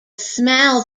smell